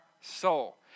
soul